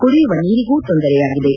ಕುಡಿಯುವ ನೀರಿಗೂ ತೊಂದರೆಯಾಗಿದೆ